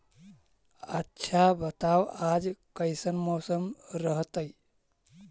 आच्छा बताब आज कैसन मौसम रहतैय?